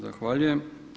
Zahvaljujem.